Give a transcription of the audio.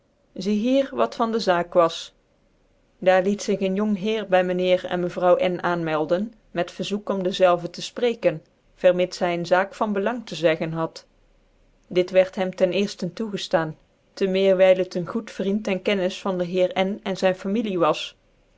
hier wat van de zaak waf daar liet ig een jong heer bjr myn heer en mevrouw n aanmelden rret verzoek om dezelve tc fyreckenj vermits hy een zaak van belang te zeggen had dit wierd hem ten eerden toegedaan te meer wyl het een goed vriend en kennis van de hecrn en zyn familie was